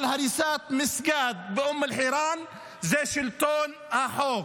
אבל הריסת מסגד באום אל-חיראן זה שלטון החוק.